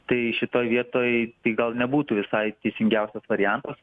tai šitoj vietoj tai gal nebūtų visai teisingiausias variantas